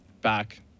back